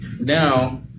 now